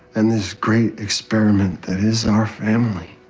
and this great experiment that is our family,